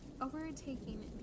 overtaking